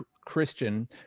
Christian